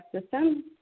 system